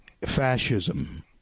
Fascism